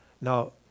Now